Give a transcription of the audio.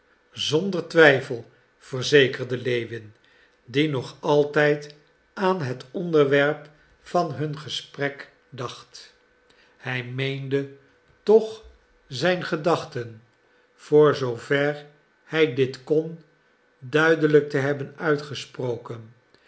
zonder twijfel verzekerde lewin die nog altijd aan het onderwerp van hun gesprek dacht hij meende toch zijn gedachten voor zoover hij dit kon duidelijk te hebben uitgesproken